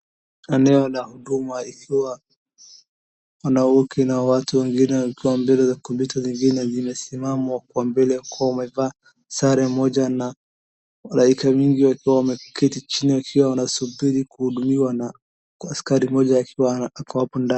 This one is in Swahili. Eneo la huduma ikiwa, wanawake na watu wengine wakiwa mbele za kompyuta zingine zimesimama kwa mbele wakiwa wamevaa sare moja. Na walaika mingi wakiwa wameketi chini wakiwa wanasubiri kuhudumiwa na askari moja akiwa hapo ndani.